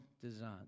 design